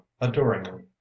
adoringly